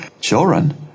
children